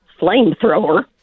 flamethrower